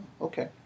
Okay